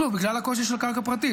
שוב, בגלל הקושי של קרקע פרטית.